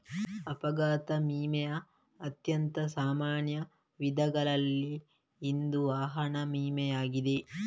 ಅಪಘಾತ ವಿಮೆಯ ಅತ್ಯಂತ ಸಾಮಾನ್ಯ ವಿಧಗಳಲ್ಲಿ ಇಂದು ವಾಹನ ವಿಮೆಯಾಗಿದೆ